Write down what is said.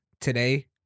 today